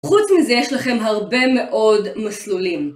חוץ מזה יש לכם הרבה מאוד מסלולים.